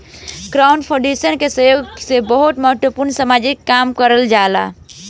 crowdfunding के सहायता से बहुत महत्वपूर्ण सामाजिक काम के कईल जाला